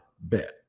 bet